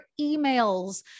emails